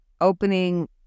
opening